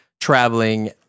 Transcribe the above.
traveling